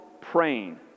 praying